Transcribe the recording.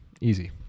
Easy